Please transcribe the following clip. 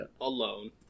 Alone